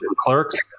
clerks